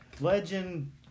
Legend